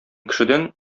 кешедән